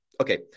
Okay